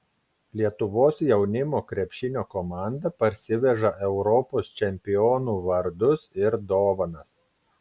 lietuvos jaunimo krepšinio komanda parsiveža europos čempionų vardus ir dovanas